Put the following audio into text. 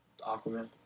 Aquaman